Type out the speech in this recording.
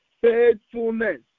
faithfulness